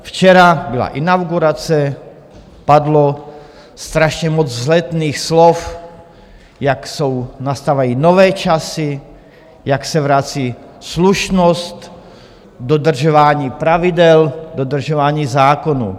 Včera byla inaugurace, padlo strašně moc vzletných slov, jak nastávají nové časy, jak se vrací slušnost, dodržování pravidel, dodržování zákonů.